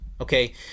Okay